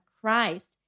Christ